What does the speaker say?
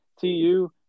TU